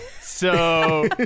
so-